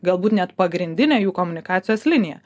galbūt net pagrindinė jų komunikacijos linija